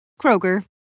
Kroger